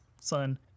son